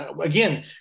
Again